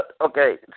Okay